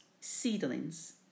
seedlings